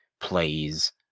plays